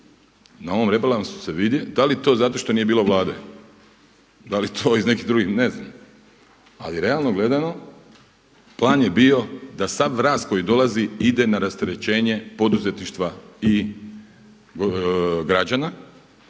Na ovom rebalansu se vidi da li je to zato što nije bolo Vlado, da li je to iz nekih drugih, ne znam. Ali realno gledano plan je bio da sav rast koji dolazi ide na rasterećenje poduzetništva i građana